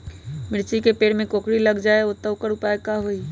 मिर्ची के पेड़ में कोकरी लग जाये त वोकर उपाय का होई?